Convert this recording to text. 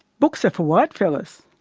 books are for whitefellas.